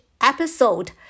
episode